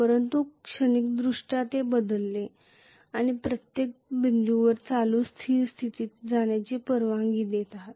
परंतु क्षणिकदृष्ट्या ते बदलेल आपण प्रत्येक बिंदूवर चालू स्थिर स्थितीत जाण्याची परवानगी देत आहात